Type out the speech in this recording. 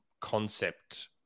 concept